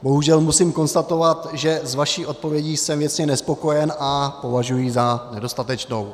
Bohužel musím konstatovat, že s vaší odpovědí jsem věcně nespokojen a považuji ji za nedostatečnou.